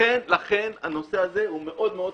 לכן הנושא הזה מאוד חשוב,